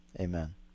amen